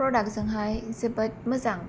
प्रडाक्टजोंहाय जोबोर मोजां